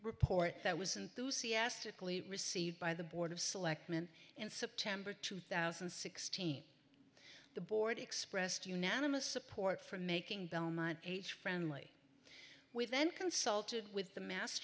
report that was enthusiastically received by the board of selectmen in september two thousand and sixteen the board expressed unanimous support for making belmont h friendly with then consulted with the mass